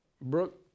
Brooke